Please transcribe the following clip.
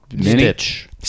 Stitch